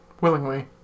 willingly